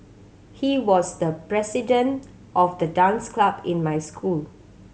he was the president of the dance club in my school